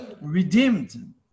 redeemed